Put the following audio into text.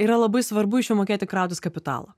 yra labai svarbu iš jų mokėti krautis kapitalą